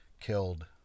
killed